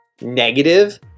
negative